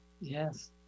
Yes